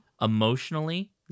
Emotionally